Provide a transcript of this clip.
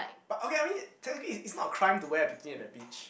but okay I mean technically it's it's not a crime to wear a bikini at the beach